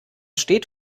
steht